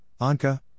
Anka